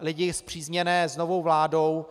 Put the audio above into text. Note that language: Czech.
lidi spřízněné s novou vládou.